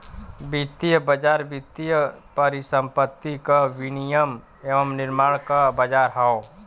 वित्तीय बाज़ार वित्तीय परिसंपत्ति क विनियम एवं निर्माण क बाज़ार हौ